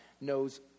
knows